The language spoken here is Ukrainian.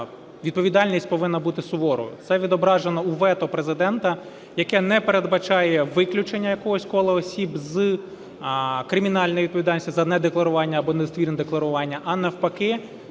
відповідальність повинна бути суворою. Це відображено у вето Президента, яке не передбачає виключення якогось кола осіб з кримінальної відповідальності за недекларування або недостовірне декларування, а, навпаки,